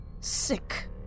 sick